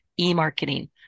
e-marketing